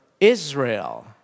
Israel